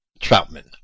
Troutman